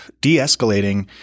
de-escalating